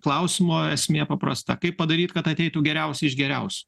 klausimo esmė paprasta kaip padaryt kad ateitų geriausi iš geriausių